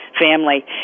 family